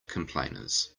complainers